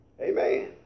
Amen